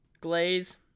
glaze